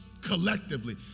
collectively